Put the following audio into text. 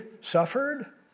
suffered